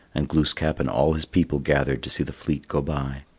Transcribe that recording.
and glooskap and all his people gathered to see the fleet go by.